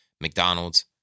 McDonald's